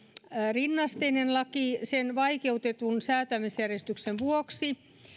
rinnasteinen laki sen vaikeutetun säätämisjärjestyksen vuoksi